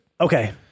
Okay